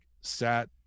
sat